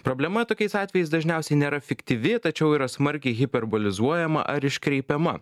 problema tokiais atvejais dažniausiai nėra fiktyvi tačiau yra smarkiai hiperbolizuojama ar iškreipiama